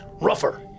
rougher